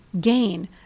gain